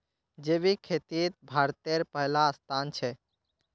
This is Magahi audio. जैविक खेतित भारतेर पहला स्थान छे